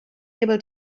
able